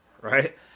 Right